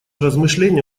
размышления